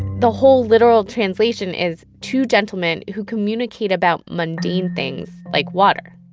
the whole literal translation is two gentlemen who communicate about mundane things like water